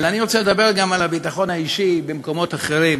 אבל אני רוצה לדבר גם על הביטחון האישי במקומות אחרים,